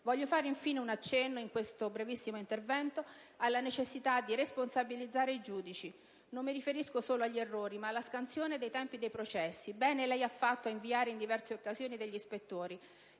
Voglio fare infine un accenno, in questo brevissimo intervento, alla necessità di responsabilizzare i giudici. Non mi riferisco solo agli errori, ma alla scansione dei tempi dei processi. Bene lei ha fatto ad inviare in diverse occasione degli ispettori,